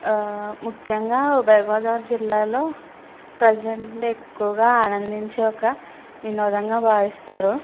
ముఖ్యంగా ఉభయ గోదావరి జిల్లాల్లో ప్రజంట్ ఎక్కువగా ఆనందించే ఒక వినోదంగా భావిస్తారు